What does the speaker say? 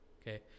Okay